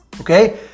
Okay